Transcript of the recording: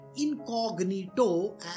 incognito